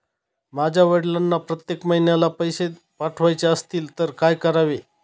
माझ्या वडिलांना प्रत्येक महिन्याला पैसे पाठवायचे असतील तर काय करावे?